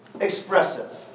expressive